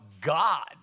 God